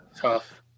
Tough